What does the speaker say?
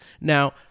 now